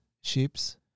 ships